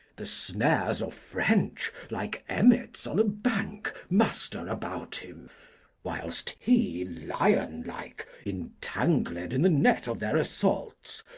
the snares of french, like emmets on a bank, muster about him whilest he, lion like, intangled in the net of their assaults,